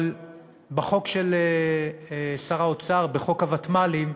אבל בחוק של שר האוצר, בחוק הוותמ"לים,